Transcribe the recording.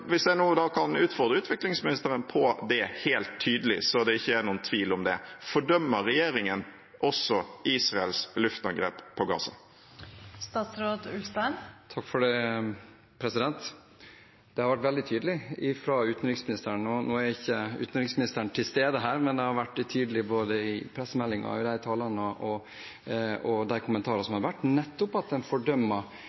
det ikke er noen tvil om det: Fordømmer regjeringen også Israels luftangrep på Gaza? Det har vært veldig tydelig fra utenriksministerens side. Nå er ikke utenriksministeren til stede her, men det har vært tydelig i både pressemeldingene, talene og kommentarene som har vært, nettopp at en fordømmer tapene på sivile i både Israel og Gaza. Det har vært og er den klare beskjeden, og det er et tydelig budskap som